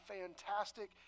fantastic